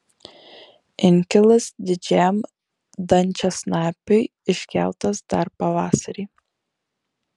inkilas didžiajam dančiasnapiui iškeltas dar pavasarį